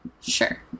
Sure